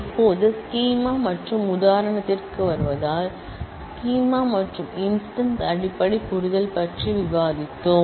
இப்போது ஸ்கீமா மற்றும் உதாரணத்திற்கு வருவதால் ஸ்கீமா மற்றும் இன்ஸ்டன்ஸ் அடிப்படை புரிதல் பற்றி விவாதித்தோம்